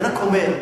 אני רק אומר,